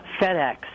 FedEx